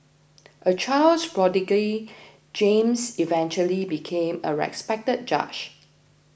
a child prodigy James eventually became a respected judge